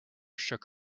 shook